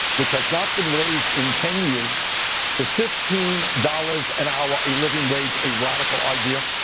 which has not been raised in ten years to fifteen dollars an hour, a living wage, a radical idea?